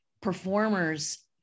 performers